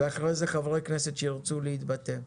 ואחרי זה חברי כנסת שירצו להתבטא.